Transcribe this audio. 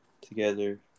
together